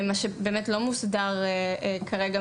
מה שבאמת לא מוסדר כרגע,